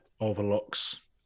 overlooks